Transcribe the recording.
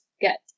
get